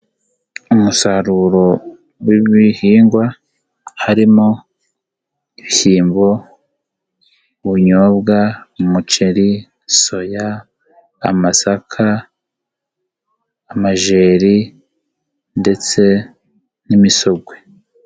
Umusaruro w'ibihingwa harimo: ibishyimbo, ubunyobwa, umuceri, soya, amasaka, amajeri ndetse n'imisogwe.